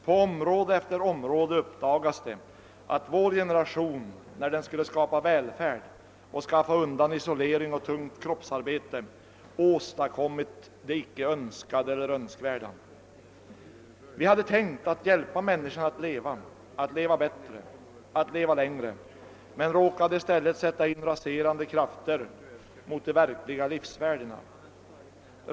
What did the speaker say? På område efter område uppdagas det att vår generation när den velat skapa välfärd och skaffa undan isolering och tungt kroppsarbete åstadkommit det icke önskade eller önskvärda. Vi hade tänkt att hjälpa människan att leva — att leva bättre, att leva längre — men råkade i stället sätta in raserande krafter mot de verkliga livsvärdena.